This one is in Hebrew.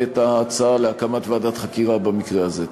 את ההצעה להקמת ועדת חקירה במקרה הזה.